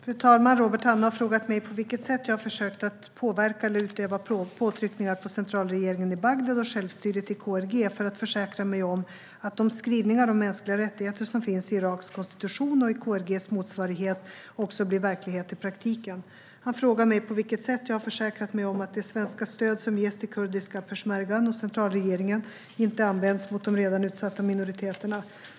Fru talman! Robert Hannah har frågat mig på vilket sätt jag har försökt att påverka eller utöva påtryckningar på centralregeringen i Bagdad och på självstyret i KRG för att försäkra mig om att de skrivningar om mänskliga rättigheter som finns i Iraks konstitution och i KRG:s motsvarighet också blir verklighet i praktiken. Han frågar mig på vilket sätt jag har försäkrat mig om att det svenska stöd som ges till den kurdiska peshmergan och till centralregeringen inte används mot de redan utsatta minoriteterna.